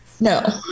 No